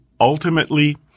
ultimately